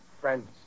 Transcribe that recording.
Friends